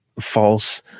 false